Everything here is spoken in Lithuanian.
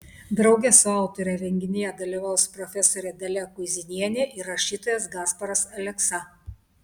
drauge su autore renginyje dalyvaus profesorė dalia kuizinienė ir rašytojas gasparas aleksa